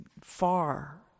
far